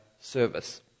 service